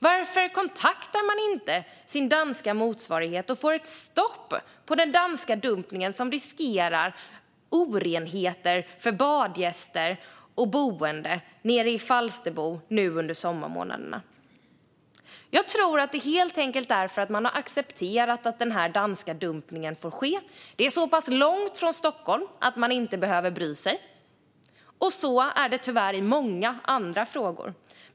Varför kontaktar man inte sin danska motsvarighet och får stopp på den danska dumpningen som riskerar att leda till orenheter för badgäster och boende nere i Falsterbo under sommarmånaderna som kommer? Jag tror att det helt enkelt beror på att man har accepterat att den danska dumpningen får ske. Det är så pass långt från Stockholm att man inte behöver bry sig. Så är det tyvärr även i många andra frågor.